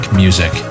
music